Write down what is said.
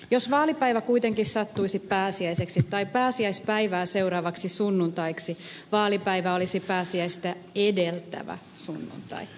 jos vaalipäivä kuitenkin sattuisi pääsiäiseksi tai pääsiäispäivää seuraavaksi sunnuntaiksi vaalipäivä olisi pääsiäistä edeltävä sunnuntai